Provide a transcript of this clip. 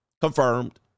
confirmed